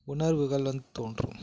உணர்வுகள் வந்து தோன்றும்